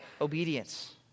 obedience